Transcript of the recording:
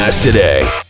today